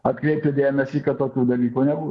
atkreipti dėmesį kad tokių dalykų nebū